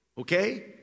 okay